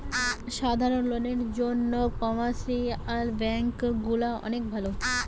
সাধারণ লোকের জন্যে কমার্শিয়াল ব্যাঙ্ক গুলা অনেক ভালো